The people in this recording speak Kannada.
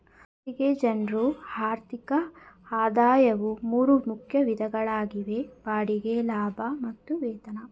ಖಾಸಗಿ ಜನ್ರು ಆರ್ಥಿಕ ಆದಾಯವು ಮೂರು ಮುಖ್ಯ ವಿಧಗಳಾಗಿವೆ ಬಾಡಿಗೆ ಲಾಭ ಮತ್ತು ವೇತನ